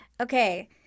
Okay